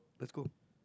let's go